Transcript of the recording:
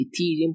ethereum